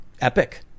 epic